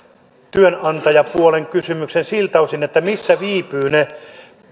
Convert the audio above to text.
työnantajapuolen kysymyksen siltä osin missä viipyvät ne